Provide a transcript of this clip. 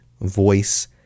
voice